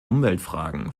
umweltfragen